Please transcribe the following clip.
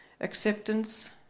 acceptance